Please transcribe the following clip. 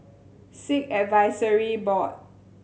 Sikh Advisory Board